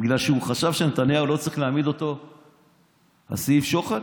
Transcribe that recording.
בגלל שהוא חשב שלא צריך להעמיד את נתניהו לדין על סעיף שוחד?